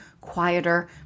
quieter